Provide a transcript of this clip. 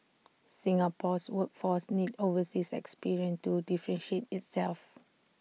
Singapore's workforce needs overseas experience to differentiate itself